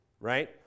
right